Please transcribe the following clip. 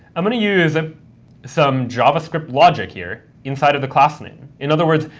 i'm going to use ah some javascript logic here inside of the class name. in other words,